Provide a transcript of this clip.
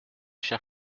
chers